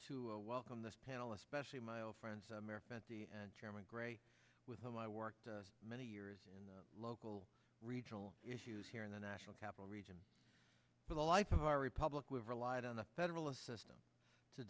o welcome this panel especially my friends america chairman gray with whom i worked many years in the local regional issues here in the national capital region for the life of our republic we've relied on the federal assistance to